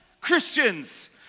Christians